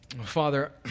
Father